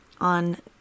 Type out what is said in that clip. on